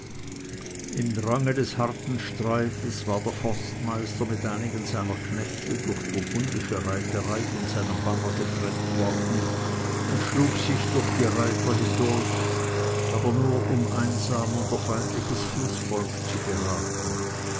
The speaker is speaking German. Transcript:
im drange des harten streites war der forstmeister mit einigen seiner knechte durch burgundische reiterei von seinem banner getrennt worden und schlug sich durch die reiter hindurch aber nur um einsam unter feindliches fußvolk zu geraten